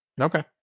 Okay